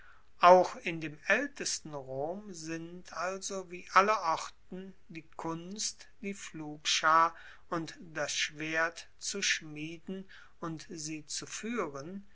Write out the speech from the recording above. auch in dem aeltesten rom sind also wie allerorten die kunst die pflugschar und das schwert zu schmieden und sie zu fuehren